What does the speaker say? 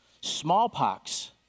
smallpox